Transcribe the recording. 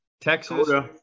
Texas